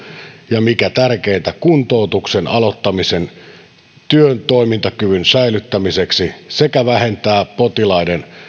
ja mikä tärkeintä kuntoutuksen aloittamisen työ ja toimintakyvyn säilyttämiseksi sekä vähentää potilaiden